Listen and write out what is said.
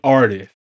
artist